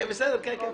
כן, כן.